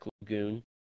Lagoon